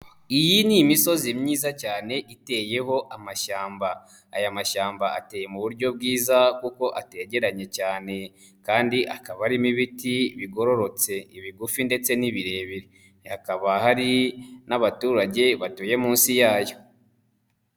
Iyi ni imisozi myiza cyane iteyeho amashyamba, aya mashyamba ateye mu buryo bwiza kuko ategeranye cyane kandi akaba arimo ibiti bigororotse bigufi ndetse n'ibirebire, hakaba hari n'abaturage batuye munsi yayo.